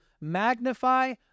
magnify